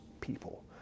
people